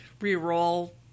re-roll –